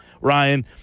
Ryan